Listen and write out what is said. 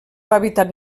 hàbitat